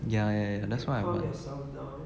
ya ya ya that's why I'm